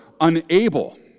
unable